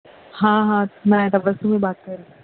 ہاں ہاں میں تبسم ہی بات کر رہی ہوں